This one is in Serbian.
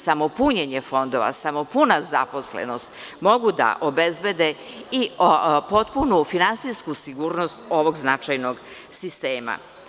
Samo punjenje fondova, samo puna zaposlenost mogu da obezbede i potpunu finansijsku sigurnost ovog značajnog sistema.